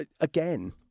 again